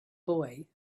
boy